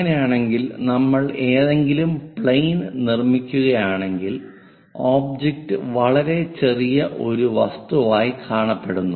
അങ്ങനെയാണെങ്കിൽ നമ്മൾ ഏതെങ്കിലും പ്ലെയിൻ നിർമ്മിക്കുകയാണെങ്കിൽ ഒബ്ജക്റ്റ് വളരെ ചെറിയ ഒരു വസ്തുവായി കാണപ്പെടുന്നു